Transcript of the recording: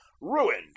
ruined